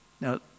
Now